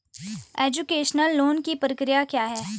Education loan की क्या प्रक्रिया है?